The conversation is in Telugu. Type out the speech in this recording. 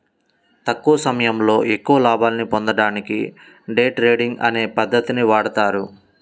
తక్కువ సమయంలో ఎక్కువ లాభాల్ని పొందడానికి డే ట్రేడింగ్ అనే పద్ధతిని వాడతారు